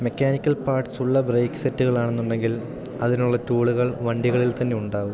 mechanical parts ഉള്ള brake സെറ്റുകളാണെന്നുണ്ടെങ്കിൽ അതിനുള്ള ടൂളുകൾ വണ്ടികളിൽ തന്നെ ഉണ്ടാവും